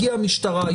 הגיעה המשטרה,